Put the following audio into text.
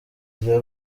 bya